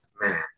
man